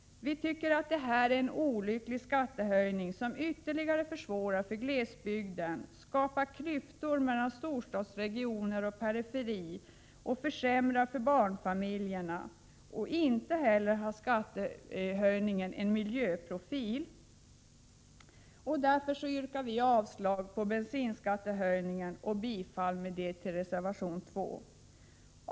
Vi tycker att det här är fråga om en olycklig skattehöjning, som ytterligare försvårar för glesbygden, skapar klyftor mellan storstadsregioner och periferi samt försämrar för barnfamiljerna, och som inte heller har en miljöprofil. Mot denna bakgrund yrkar jag avslag på bensinskattehöjningen och bifall till reservation 2.